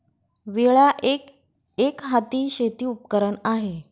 विळा एक, एकहाती शेती उपकरण आहे